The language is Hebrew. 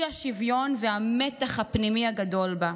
האי-שוויון והמתח הפנימי הגדול בה.